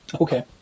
Okay